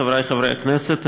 חברי חברי הכנסת,